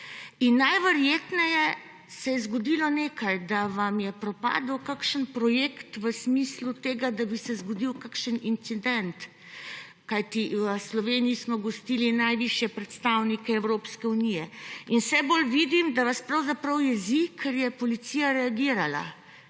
In najverjetneje se je zgodilo nekaj, da vam je propadel kakšen projekt v smislu tega, da bi se zgodil kakšen incident. Kajti, v Sloveniji smo gostili najvišje predstavnike Evropske unije. In vse bolj vidim, da vas pravzaprav jezi, ker je policija reagirala.